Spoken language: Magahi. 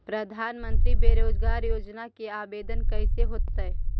प्रधानमंत्री बेरोजगार योजना के आवेदन कैसे होतै?